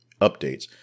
updates